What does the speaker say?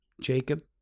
Jacob